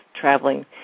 traveling